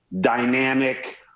dynamic